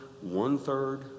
one-third